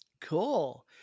Cool